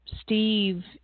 Steve